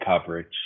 coverage